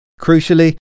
Crucially